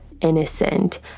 innocent